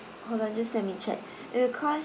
hold on just let me check it will cost